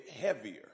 heavier